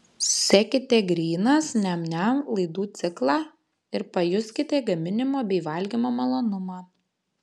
sekite grynas niam niam laidų ciklą ir pajuskite gaminimo bei valgymo malonumą